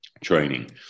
training